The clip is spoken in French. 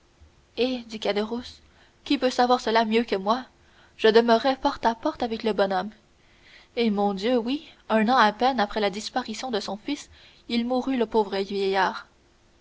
dit caderousse qui peut savoir cela mieux que moi je demeurais porte à porte avec le bon homme eh mon dieu oui un an à peine après la disparition de son fils il mourut le pauvre vieillard